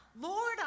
Lord